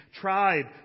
tribe